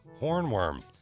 hornworm